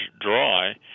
dry